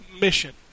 mission